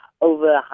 over